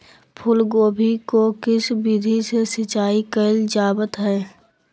फूलगोभी को किस विधि से सिंचाई कईल जावत हैं?